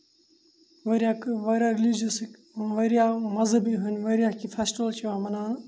واریاہ واریاہ ریٚلِجَسٕکۍ واریاہ مَذہَبی ہٕنٛدۍ واریاہ کینٛہہ فیسٹِوَل چھِ یِوان مَناونہٕ